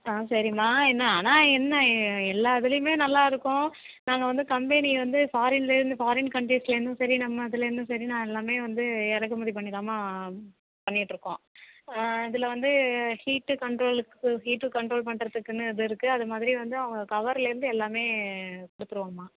ஆ சரிம்மா என்ன ஆனால் என்ன எல்லா இதுலையுமே நல்லாருக்கும் நாங்கள் வந்து கம்பெனி வந்து ஃபாரின்லேர்ந்து ஃபாரின் கன்ட்ரிஸ்லேருந்தும் சரி நம்ம இதுலேருந்தும் சரி நான் எல்லாமே வந்து இறக்குமதி பண்ணி தான்மா பண்ணிட்டுருக்கோம் இதில் வந்து ஹீட்டு கண்ட்ரோலுக்கு ஹீட்டு கண்ட்ரோல் பண்றதுக்குன்னு இது இருக்கு அது மாதிரி வந்து அவங்க கவர்லேருந்து எல்லாமே கொடுத்துருவோம்மா